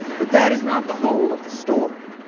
but that is not the whole of the story.